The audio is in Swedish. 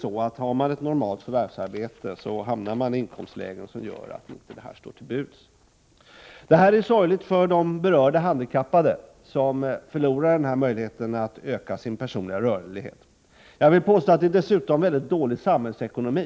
Har den handikappade ett normalt förvärvsarbete hamnar vederbörande i praktiken i ett inkomstläge som gör att bilstödet inte står till buds. Detta är sorgligt för de berörda handikappade, som förlorar denna möjlighet att öka sin personliga rörlighet. Men jag vill påstå att det dessutom är mycket dålig samhällsekonomi.